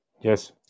Yes